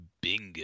Bingo